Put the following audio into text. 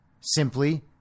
simply